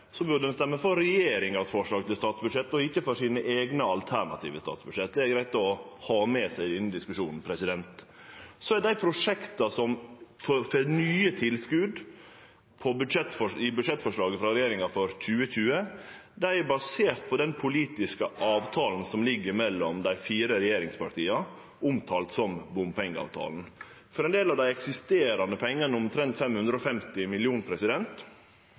er greitt å ha med seg i denne diskusjonen. Så er dei prosjekta som får nye tilskot i budsjettforslaget frå regjeringa for 2020, baserte på den politiske avtalen som ligg føre mellom dei fire regjeringspartia, omtalt som bompengeavtalen. Ein del av dei eksisterande pengane, omtrent 550